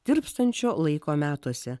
tirpstančio laiko metuose